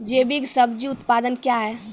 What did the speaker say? जैविक सब्जी उत्पादन क्या हैं?